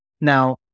Now